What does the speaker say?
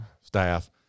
staff